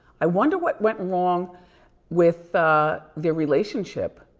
i wonder what went wrong with their relationship.